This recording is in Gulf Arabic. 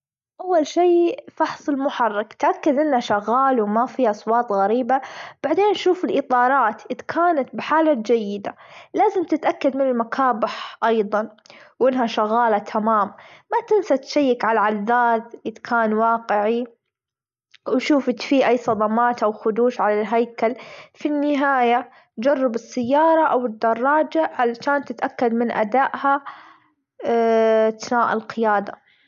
أول شي فحص المحرك ركز أنه شغال وما فيه أصوات غريبة، بعدين شوف الإطارات إذ كانت بحالة جيدة لازم تتأكد من المكابح ايضًا وأنها شغالة تمام، ما تنسى تشيك على العداد إذ كان واقعي، وشوف إذ فيه أي صدمات أو خدوش على الهيكل في النهاية جرب السيارة، أو الدراجة علشان تتأكد من أداها أثناء القيادة.